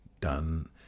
done